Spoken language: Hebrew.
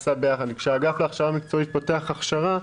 כשהאגף להכשרה מקצועית פותח הכשרה,